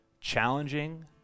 challenging